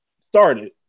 started